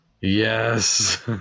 Yes